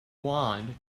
wand